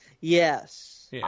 yes